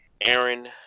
Aaron